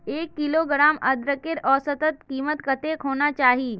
एक किलोग्राम अदरकेर औसतन कीमत कतेक होना चही?